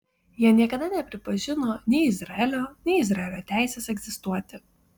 jie niekada nepripažino nei izraelio nei izraelio teisės egzistuoti